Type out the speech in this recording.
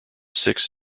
six